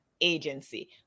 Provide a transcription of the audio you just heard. Agency